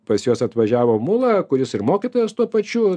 pas juos atvažiavo mula kuris ir mokytojas tuo pačiu